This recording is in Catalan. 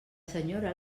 senyora